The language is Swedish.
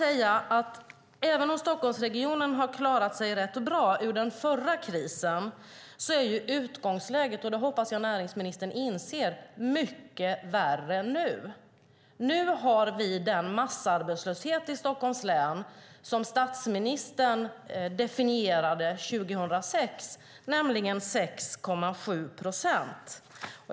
Även om Stockholmsregionen klarade sig rätt bra ur den förra krisen är utgångsläget mycket värre nu, vilket jag hoppas att näringsministern inser. Nu har vi den massarbetslöshet i Stockholms län som statsministern definierade 2006, nämligen 6,7 procent.